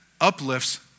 uplifts